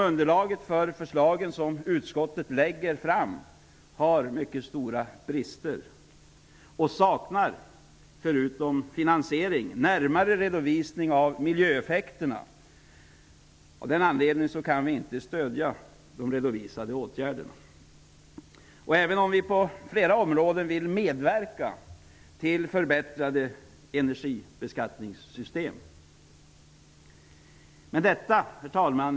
Underlaget för förslagen som utskottet lägger fram har mycket stora brister. De saknar, förutom finansiering, närmare redovisning av miljöeffekterna. Av den anledningen kan vi inte stödja de redovisade åtgärderna, även om vi på flera områden vill medverka till förbättrade energibeskattningssystem. Herr talman!